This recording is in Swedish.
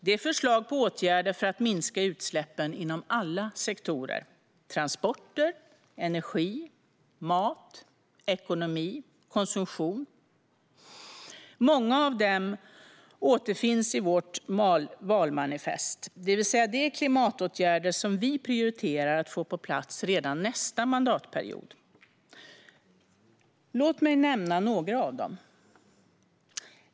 Det är förslag på åtgärder för att minska utsläppen inom alla sektorer: transporter, energi, mat, ekonomi och konsumtion. Många av dem återfinns i vårt valmanifest, det vill säga det är klimatåtgärder vi prioriterar att få på plats redan nästa mandatperiod. Låt mig nämna några av dem.